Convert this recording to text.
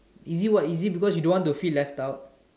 easy what is it because you don't want to feel left out